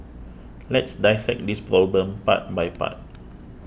let's dissect this problem part by part